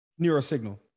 Neurosignal